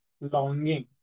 longing